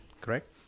correct